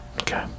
Okay